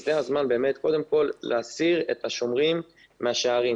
זה הזמן להסיר את השומרים מהשערים.